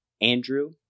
Andrew